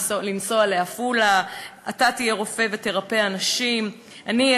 לנסוע לעפולה./ אתה תהיה רופא ותרפא אנשים./ אני אהיה